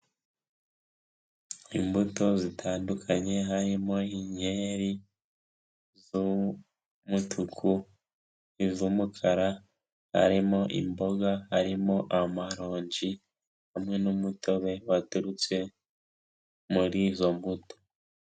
Imbuto zitandukanye, harimo inyenyeri z'umutuku, iz'umukara, arimo imboga, harimo amarongi, hamwe n'umutobe waturutse muri izo mbuto.